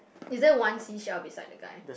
is there one seashell beside the guy